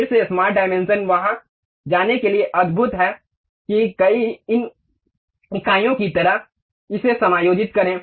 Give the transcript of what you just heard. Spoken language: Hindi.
फिर से हमारे स्मार्ट डायमेंशन वहाँ जाने के लिए अद्भुत है कि इन कई इकाइयों की तरह इसे समायोजित करें